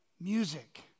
music